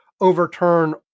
overturn